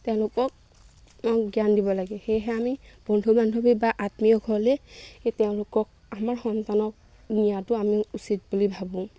তেওঁলোকক জ্ঞান দিব লাগে সেয়েহে আমি বন্ধু বান্ধৱী বা আত্মীয়সকলে তেওঁলোকক আমাৰ সন্তানক নিয়াটো আমি উচিত বুলি ভাবোঁ